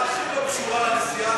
גברתי היושבת-ראש,